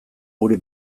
guri